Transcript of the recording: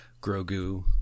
Grogu